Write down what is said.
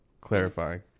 Clarifying